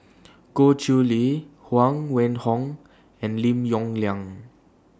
Goh Chiew Lye Huang Wenhong and Lim Yong Liang